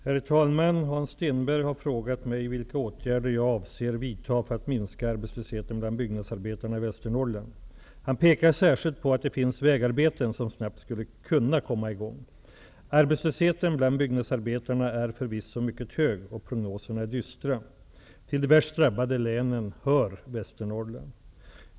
Herr talman! Hans Stenberg har frågat mig vilka åtgärder jag avser att vidta för att minska arbetslösheten bland byggnadsarbetarna i Västernorrland. Han pekar särskilt på att det finns vägarbeten som snabbt skulle kunna komma i gång. Arbetslösheten bland byggnadsarbetarna är förvisso mycket hög och prognoserna är dystra. Till de värst drabbade länen hör Västernorrland.